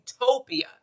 utopia